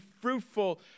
fruitful